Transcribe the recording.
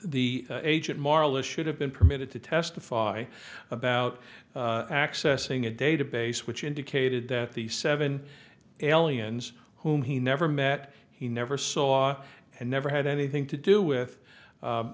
the agent marla should have been permitted to testify about accessing a database which indicated that the seven aliens whom he never met he never saw and never had anything to do with